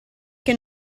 che